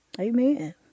Amen